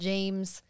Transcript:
James